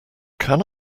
can